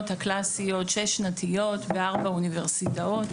הקלאסיות השש-שנתיות בארבע אוניברסיטאות.